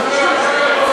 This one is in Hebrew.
זה חשוב.